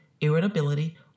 irritability